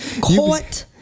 Caught